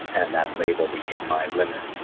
and that label became my limit,